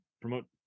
promote